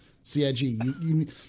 CIG